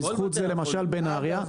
בנהריה,